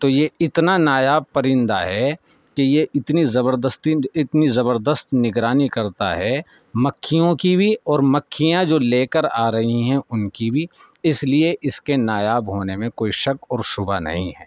تو یہ اتنا نایاب پرندہ ہے کہ یہ اتنی زبردستی اتنی زبردست نگرانی کرتا ہے مکھیوں کی بھی اور مکھیاں جو لے کر آ رہی ہیں ان کی بھی اس لیے اس کے نایاب ہونے میں کوئی شک اور شبہ نہیں ہے